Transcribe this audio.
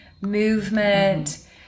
movement